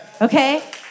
okay